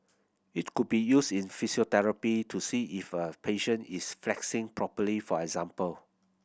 it could be used in physiotherapy to see if a patient is flexing properly for example